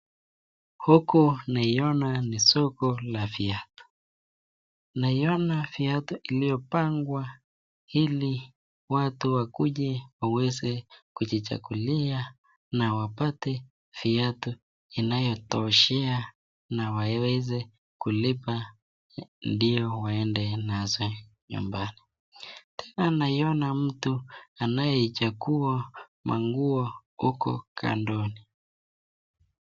Huku naiona ni soko la viatu , naiona viatu iliyopangwa ili watu wakuje waweze kujichagulia na wapate viatu inayotoshea na waweze kulipa ndio waende nazo nyumbani, hapa naiona mtu anayechagua manguo huku kandoni.